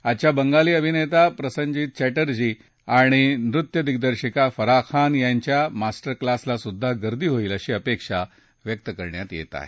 आजच्या बंगाली अभिनेता प्रसनजित चॅटर्जी आणि न्यृत्यदिग्दर्शिका फराह खान यांच्या मास्टर क्लासलाही गर्दी होईल अशी अपेक्षा व्यक्त करण्यात येत आहे